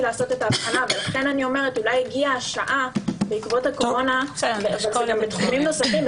לכן אני אומרת שאולי הגיעה השעה בעקבות הקורונה בתחומים של